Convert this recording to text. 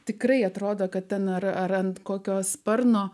tikrai atrodo kad ten ar ant kokios sparno